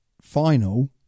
final